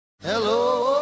Hello